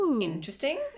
interesting